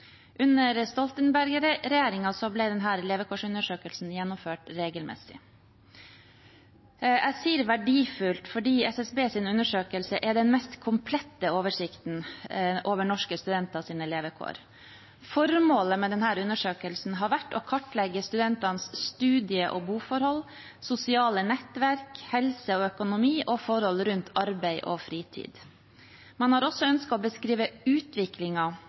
levekårsundersøkelsen gjennomført regelmessig. Jeg sier verdifull fordi SSBs undersøkelse er den mest komplette oversikten over norske studenters levevilkår. Formålet med undersøkelsen har vært å kartlegge studentenes studie- og boforhold, sosiale nettverk, helse og økonomi og forholdene rundt arbeid og fritid. Man har også ønsket å beskrive